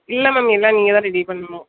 இல்லை மேம் எல்லாம் நீங்கள் தான் ரெடி பண்ணணும்